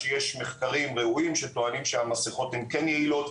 שיש מחקרים ראויים שטוענים שהמסיכות הן כן יעילות,